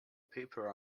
paper